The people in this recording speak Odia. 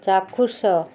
ଚାକ୍ଷୁଷ